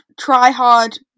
try-hard